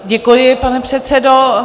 Děkuji, pane předsedo.